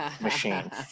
machine